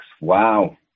Wow